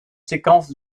séquences